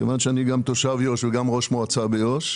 כיוון שאני גם תושב יהודה ושומרון וגם ראש מועצה שם,